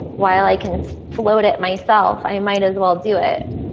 while i can float it myself i might as well do it.